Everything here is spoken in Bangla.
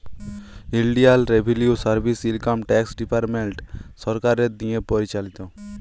ইলডিয়াল revenue service income tax department সরকারের দিঁয়ে পরিচালিত